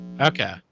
Okay